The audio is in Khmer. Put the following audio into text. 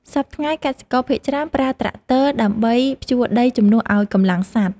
សព្វថ្ងៃ កសិករភាគច្រើនប្រើត្រាក់ទ័រដើម្បីភ្ជួរដីជំនួសឱ្យកម្លាំងសត្វ។